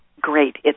Great